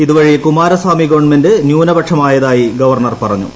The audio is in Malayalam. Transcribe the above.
ഇതുവഴി കുമാരസ്വാമി ഗവൺമെന്റ് ന്യൂനപക്ഷമായതായി ഗവർണർ പറഞ്ഞു